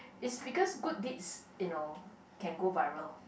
is because good deeds you know can go viral